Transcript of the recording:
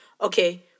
okay